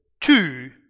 two